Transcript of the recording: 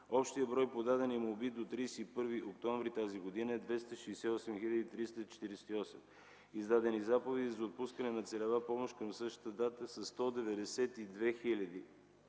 общият брой подадени молби до 31 октомври тази година е 268 348. Издадените заповеди за отпускане на целева помощ към същата дата са 192 704.